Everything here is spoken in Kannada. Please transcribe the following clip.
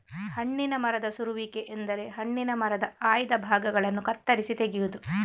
ಹಣ್ಣಿನ ಮರದ ಸರುವಿಕೆ ಎಂದರೆ ಹಣ್ಣಿನ ಮರದ ಆಯ್ದ ಭಾಗಗಳನ್ನ ಕತ್ತರಿಸಿ ತೆಗೆಯುದು